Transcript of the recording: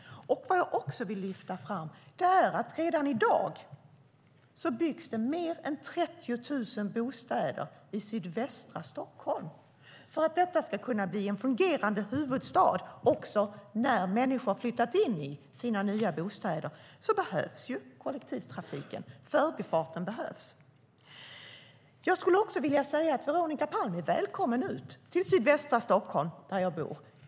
Vad jag också vill lyfta fram är att redan i dag byggs det mer än 30 000 bostäder i sydvästra Stockholm. För att Stockholm ska kunna bli en fungerande huvudstad också när människor har flyttat in i sina nya bostäder behövs ju kollektivtrafiken och förbifarten. Veronica Palm är välkommen ut till sydvästra Stockholm, där jag bor.